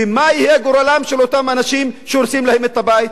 ומה יהיה גורלם של אותם אנשים שהורסים להם את הבית?